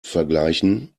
vergleichen